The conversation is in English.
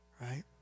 right